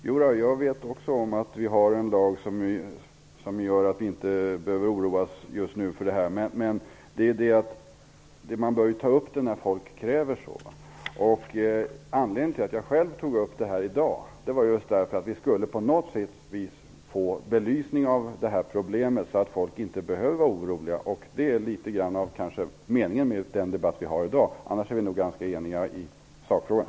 Fru talman! Ja, jag vet om att det finns en lag som innebär att vi inte behöver oroa oss just nu. Men frågan bör tas upp när folk käver så. Anledningen till att jag själv tog upp frågan i dag är att vi på något sätt skulle få problemet belyst så att folk inte behöver vara oroliga. Det är litet grand meningen med den debatt vi har i dag. Annars är vi eniga i sakfrågan.